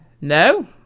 No